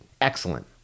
Excellent